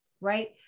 right